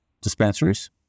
dispensaries